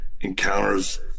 encounters